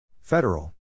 Federal